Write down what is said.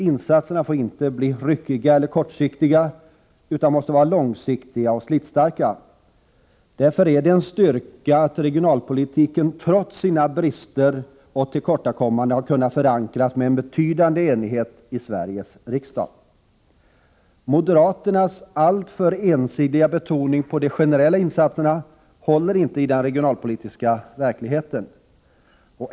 Insatserna får inte bli ryckiga eller kortsiktiga utan måste vara långsiktiga och slitstarka. Därför är det en styrka att regionalpolitiken trots sina brister och tillkortakommanden har kunnat förankras med en betydande enighet i Sveriges riksdag. Moderaternas alltför ensidiga betoning av de generella insatserna håller inte i den regionalpolitiska verkligheten.